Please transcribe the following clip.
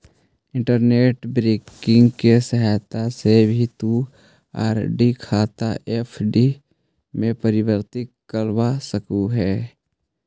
internet banking की सहायता से भी तु आर.डी खाता एफ.डी में परिवर्तित करवा सकलू हे